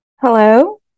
Hello